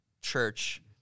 church